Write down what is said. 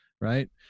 right